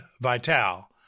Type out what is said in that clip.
Vital